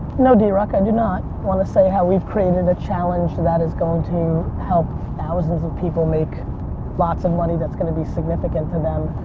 no, drock, i did not want to say how we've created a challenge that is going to help thousands of people make lots of money that's going to be significant to them.